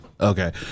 Okay